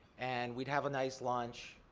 and we'd have a nice lunch,